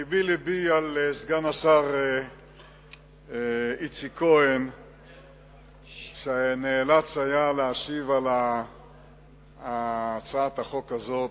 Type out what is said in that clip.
לבי לבי על סגן השר איציק כהן שנאלץ היה להשיב על הצעת החוק הזאת.